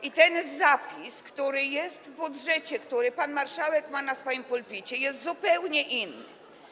I ten zapis, który jest w budżecie, który pan marszałek ma na swoim pulpicie, jest zupełnie inny.